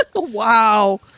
wow